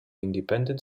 independent